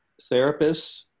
therapists